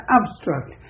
abstract